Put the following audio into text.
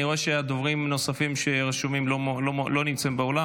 אני רואה שהדוברים הנוספים שרשומים לא נמצאים באולם,